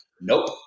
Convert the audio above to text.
nope